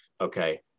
okay